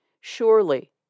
Surely